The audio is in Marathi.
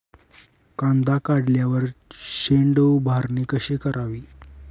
कांदा काढल्यावर शेड उभारणी कशी करावी?